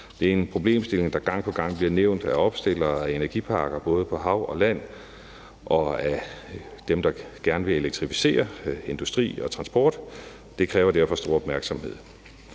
Det er en problemstilling, der gang på gang bliver nævnt af opstillere af energiparker på både hav og land og af dem, der gerne vil elektrificere inden for industri og transport. Det kræver derfor stor opmærksomhed.